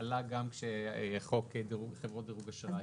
עלה גם עת דנו בחוק דירוג חברות אשראי.